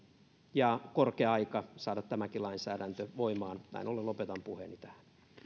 ja korkea aika saada tämäkin lainsäädäntö voimaan näin ollen lopetan puheeni tähän